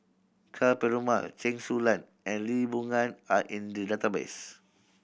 Ka Perumal Chen Su Lan and Lee Boon Ngan are in the database